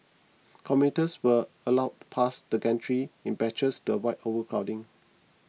commuters were allowed past the gantries in batches to avoid overcrowding